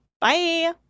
Bye